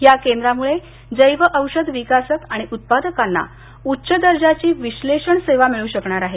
या केंद्रामुळे जैव औषध विकासक आणि उत्पादनाकांना उच्च दर्जाची विश्लेषण सेवा मिळू शकणार आहे